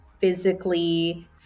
physically